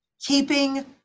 keeping